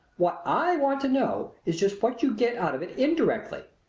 what i want to know is just what you get out of it indirectly?